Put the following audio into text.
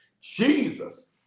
Jesus